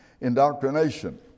indoctrination